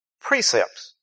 precepts